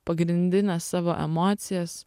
pagrindines savo emocijas